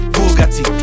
Bugatti